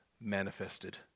manifested